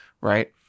right